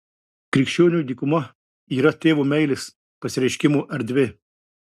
krikščioniui dykuma yra tėvo meilės pasireiškimo erdvė